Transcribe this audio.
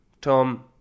Tom